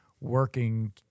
working